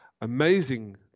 amazing